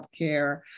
healthcare